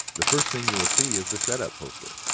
the first thing you will see is the setup poster.